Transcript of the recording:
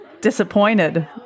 disappointed